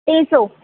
टे सौ